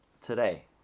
today